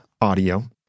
audio